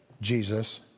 Jesus